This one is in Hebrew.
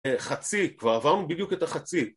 חצי, כבר עברנו בדיוק את החצי